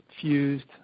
fused